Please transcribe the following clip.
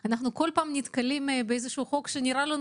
אנחנו כל פעם נתקלים באיזשהו חוק שנראה לנו